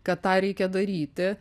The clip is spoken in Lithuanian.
kad tą reikia daryti